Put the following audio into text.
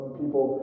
people